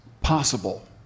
possible